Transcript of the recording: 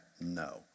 no